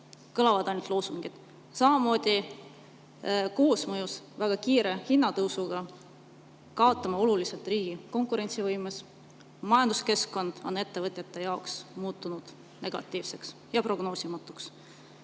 Kõlavad ainult loosungid. Koosmõjus väga kiire hinnatõusuga kaotame me seetõttu oluliselt riigi konkurentsivõimes. Majanduskeskkond on ettevõtjate jaoks muutunud negatiivseks ja prognoosimatuks. Ja